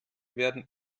werden